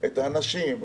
את האנשים,